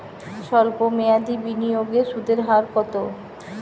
সল্প মেয়াদি বিনিয়োগে সুদের হার কত?